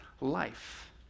life